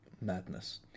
Madness